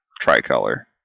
tricolor